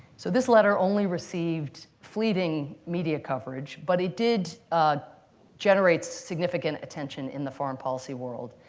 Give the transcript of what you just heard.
so this letter only received fleeting media coverage, but it did generate significant attention in the foreign policy world.